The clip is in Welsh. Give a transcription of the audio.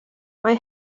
mae